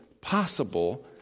possible